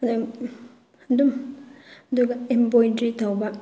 ꯑꯗꯨ ꯑꯗꯨꯝ ꯑꯗꯨꯒ ꯏꯝꯕꯣꯏꯗ꯭ꯔꯤ ꯇꯧꯕ